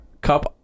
Cup